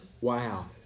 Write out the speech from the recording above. Wow